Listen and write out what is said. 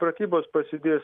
pratybos pasidės